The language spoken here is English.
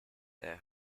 their